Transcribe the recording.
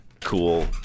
cool